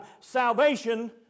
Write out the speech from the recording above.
salvation